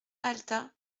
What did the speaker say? alta